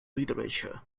literature